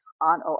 on